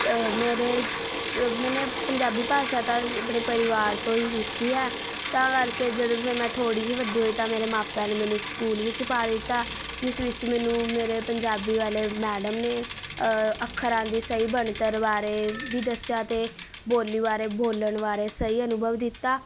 ਮੇਰੇ 'ਚ ਮੈਨੇ ਪੰਜਾਬੀ ਭਾਸ਼ਾ ਤਾਂ ਜ ਆਪਣੇ ਪਰਿਵਾਰ ਤੋਂ ਹੀ ਸਿੱਖੀ ਹੈ ਤਾਂ ਕਰਕੇ ਜਦੋਂ ਫਿਰ ਮੈਂ ਥੋੜ੍ਹੀ ਜਿਹੀ ਵੱਡੀ ਹੋਈ ਤਾਂ ਮੇਰੇ ਮਾਪਿਆਂ ਨੇ ਮੈਨੂੰ ਸਕੂਲ ਵਿੱਚ ਪਾ ਦਿੱਤਾ ਜਿਸ ਵਿੱਚ ਮੈਨੂੰ ਮੇਰੇ ਪੰਜਾਬੀ ਵਾਲੇ ਮੈਡਮ ਨੇ ਅੱਖਰਾਂ ਦੀ ਸਹੀ ਬਣਤਰ ਬਾਰੇ ਵੀ ਦੱਸਿਆ ਅਤੇ ਬੋਲੀ ਬਾਰੇ ਬੋਲਣ ਬਾਰੇ ਸਹੀ ਅਨੁਭਵ ਦਿੱਤਾ